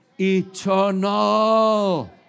eternal